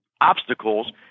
obstacles